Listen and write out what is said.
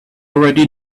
already